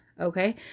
Okay